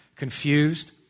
confused